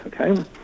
okay